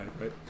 right